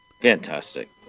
fantastic